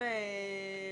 לסעיף